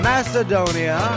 Macedonia